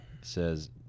says